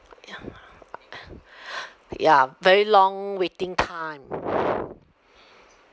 ya ya very long waiting time